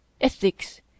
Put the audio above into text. ethics